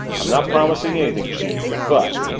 i'm not promising anything, chief, but